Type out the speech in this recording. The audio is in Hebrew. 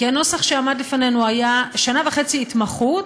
כי הנוסח שעמד לפנינו היה שנה וחצי התמחות,